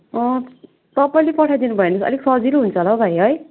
अँ तपाईँले पठाइदिनु भयो भने अलिक सजिलो हुन्छ होला हौ है भाइ